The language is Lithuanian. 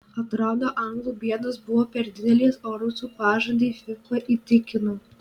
atrodo anglų bėdos buvo per didelės o rusų pažadai fifa įtikino